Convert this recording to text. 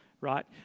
right